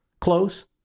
close